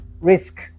risk